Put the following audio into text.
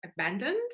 abandoned